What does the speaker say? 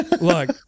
look